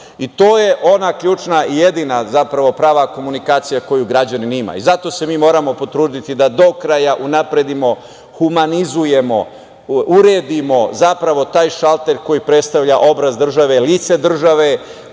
I to je ona ključna i jedina, zapravo, prava komunikacija koju građanin ima. Zato se mi moramo potruditi da do kraja unapredimo, humanizujemo, uredimo, zapravo, taj šalter koji predstavlja obraz države, lice države